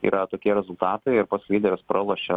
yra tokie rezultatai ir pats lyderis pralošia